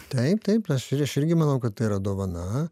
taip taip aš ir aš irgi manau kad tai yra dovana